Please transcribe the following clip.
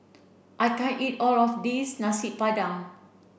I can't eat all of this Nasi Padang